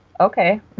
okay